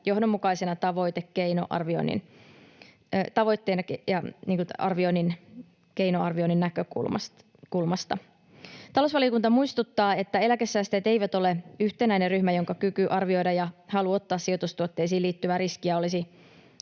johdonmukaisena tavoitteena keinoarvioinnin näkökulmasta. Talousvaliokunta muistuttaa, että eläkesäästäjät eivät ole yhtenäinen ryhmä, jonka kyky arvioida ja halu ottaa sijoitustuotteisiin liittyvää riskiä olisi